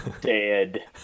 dead